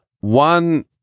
One